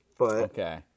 Okay